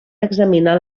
examinar